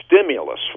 stimulus